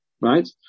Right